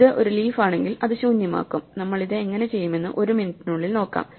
ഇത് ഒരു ലീഫ് ആണെങ്കിൽ അത് ശൂന്യമാക്കും നമ്മൾ ഇത് എങ്ങനെ ചെയ്യുമെന്ന് ഒരു മിനിറ്റിനുള്ളിൽ നോക്കാം